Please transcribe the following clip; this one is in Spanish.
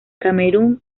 camerún